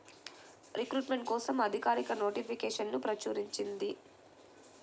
recruitment కోసం అధికారిక నోటిఫికేషన్ను ప్రచురించింది